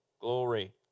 glory